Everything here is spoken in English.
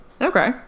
okay